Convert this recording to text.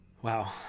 Wow